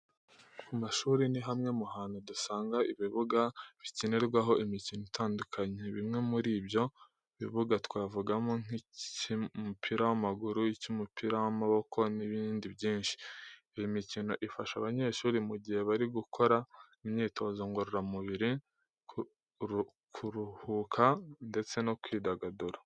Ku mashuri ni hamwe mu hantu dusanga ibibuga bikinirwaho imikino itandukanye. Bimwe muri ibyo bibuga twavugamo nk'icyumupira w'amaguru, icy'umupira w'amaboko n'ibindi byinshi. Iyi mikino ifasha abanyeshuri mu gihe bari gukora imyitozo ngororamubiri, kuruhuka ndetse no kwidagadura.